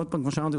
כמו שאמרתי,